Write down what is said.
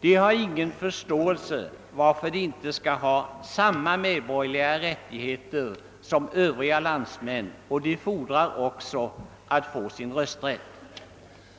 De har ingen förståelse för att de inte skall ha samma medborgerliga rättigheter som sina landsmän. De fordrar också att få sin rösträtt.